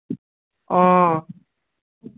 অ